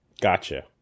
Gotcha